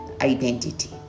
identity